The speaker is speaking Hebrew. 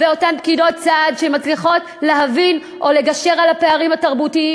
ולאותן פקידות סעד והן מצליחות להבין או לגשר על הפערים התרבותיים?